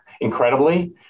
Incredibly